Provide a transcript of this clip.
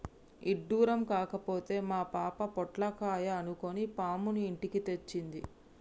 ఇడ్డురం కాకపోతే మా పాప పొట్లకాయ అనుకొని పాముని ఇంటికి తెచ్చింది